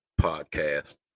podcast